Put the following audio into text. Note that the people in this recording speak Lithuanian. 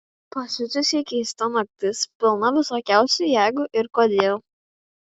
pasiutusiai keista naktis pilna visokiausių jeigu ir kodėl